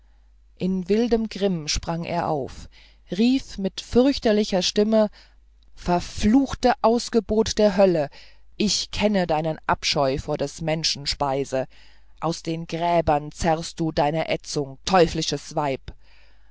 in wildem grimm sprang er auf und rief mit fürchterlicher stimme verfluchte ausgeburt der hölle ich kenne deinen abscheu vor des menschen speise aus den gräbern zerrst du deine ätzung teuflisches weib